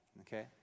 okay